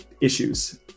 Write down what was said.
issues